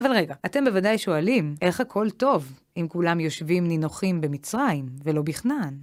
אבל רגע, אתם בוודאי שואלים, איך הכל טוב אם כולם יושבים נינוחים במצרים ולא בכנען?